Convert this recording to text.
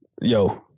Yo